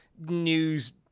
news